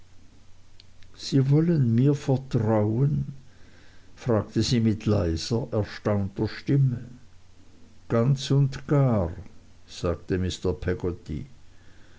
sie wollen mir vertrauen fragte sie mit leiser erstaunter stimme ganz und gar sagte